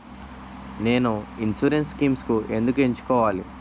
నేను insurance schemes ఎందుకు ఎంచుకోవాలి?